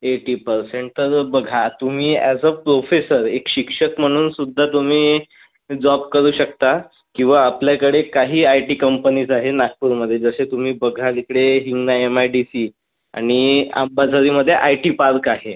eighty percent तर बघा तुम्ही अॅज अ प्रोफेसर एक शिक्षक म्हणून सुद्धा तुम्ही जॉब करू शकता किंवा आपल्याकडे काही आय टी कंपनीज आहे नागपूरमध्ये जसे तुम्ही बघाल इकडे Hingna M I D C आणि अंबाझरीमध्ये आय टी पार्क आहे